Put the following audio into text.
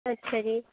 ਅੱਛਾ ਜੀ